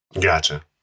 Gotcha